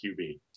QB